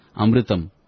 amritam